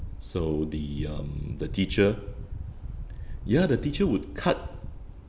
so the um the teacher ya the teacher would cut